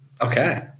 Okay